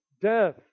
death